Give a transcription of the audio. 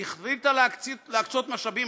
והחליטה להקצות משאבים.